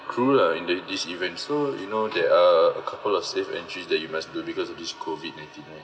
crew lah in that this event so you know there are a couple of safe entries that you must do because of this COVID nineteen right